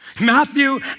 Matthew